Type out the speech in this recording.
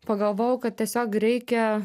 pagalvojau kad tiesiog reikia